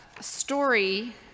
story